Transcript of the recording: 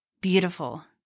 beautiful